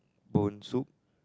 bone soup